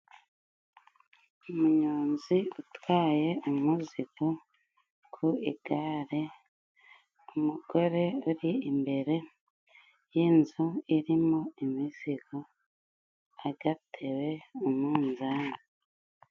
Umunyonzi utwaye umuzigo ku igare, umugore uri imbere y'inzu irimo imizigo, agatebe, umunzani.